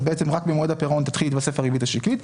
אז בעצם רק במועד הפירעון תתחיל להתווסף הריבית השקלית.